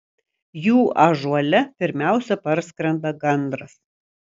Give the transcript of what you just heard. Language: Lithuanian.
jų ąžuole pirmiausia parskrenda gandras